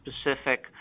specific